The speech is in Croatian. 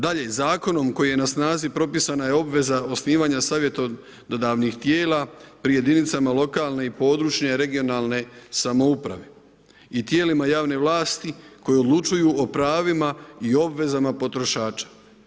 Dalje, Zakonom koji je na snazi propisana je obveza osnivanja savjetodavnih tijela pri jedinicama lokalne i područne regionalne samouprave i tijelima javne vlasti koji odlučuju o pravima i obvezama potrošača.